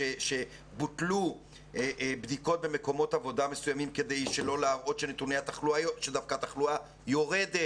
שבוטלו בדיקות במקומות עבודה מסוימים כדי שדווקא התחלואה יורדת